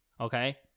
Okay